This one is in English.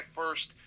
first